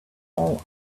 all